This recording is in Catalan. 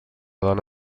dona